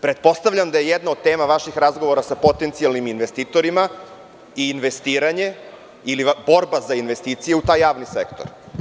Pretpostavljam da je jedna od tema vaših razgovora sa potencijalnim investitorima investiranje ili borba za investiciju u taj javni sektor.